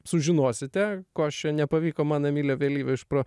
sužinosite ko aš čia nepavyko man emilio vėlyvio išpro